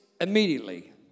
immediately